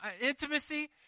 intimacy